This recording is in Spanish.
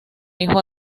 hijo